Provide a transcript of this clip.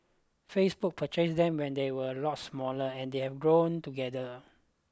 Facebook purchased them when they were a lot smaller and they have grown together